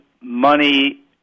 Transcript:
money